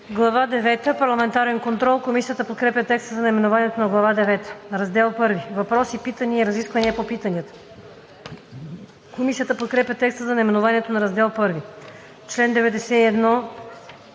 девета – Парламентарен контрол“. Комисията подкрепя текста за наименованието на Глава девета. „Раздел I – Въпроси, питания и разисквания по питанията“. Комисията подкрепя текста за наименованието на Раздел I.